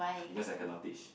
because I cannot teach